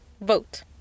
vote